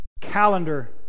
calendar